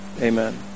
Amen